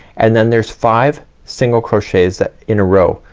and then there's five single crochets that in a row.